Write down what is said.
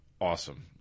Awesome